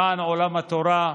למען עולם התורה,